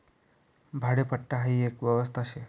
भाडेपट्टा हाई एक व्यवस्था शे